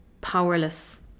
powerless